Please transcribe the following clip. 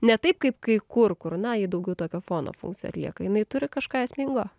ne taip kaip kai kur kur na ji daugiau tokio fono funkciją atlieka jinai turi kažką esmingo